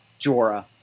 Jorah